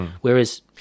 Whereas